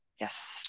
Yes